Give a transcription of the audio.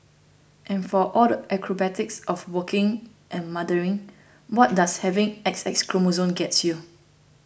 and for all the acrobatics of working and mothering what does having X X chromosomes gets you